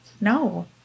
No